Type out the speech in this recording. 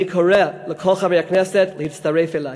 אני קורא לכל חברי הכנסת להצטרף אלי.